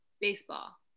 baseball